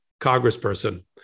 congressperson